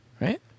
Right